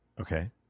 Okay